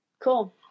Cool